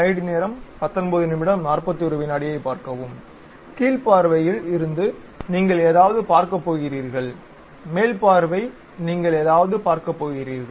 கீழ்வழிப்பார்வையில் இருந்து நீங்கள் ஏதாவது பார்க்கப் போகிறீர்கள் மேல் பார்வை நீங்கள் ஏதாவது பார்க்கப் போகிறீர்கள்